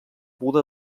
buda